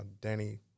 Danny